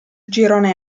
girone